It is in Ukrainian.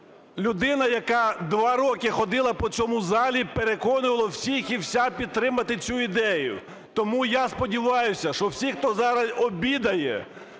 людина, яка два роки ходила по цьому залі і переконувала всіх і вся підтримати цю ідею. Тому я сподіваюся, що всі, хто зараз обідає,